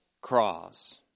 cross